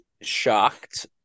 shocked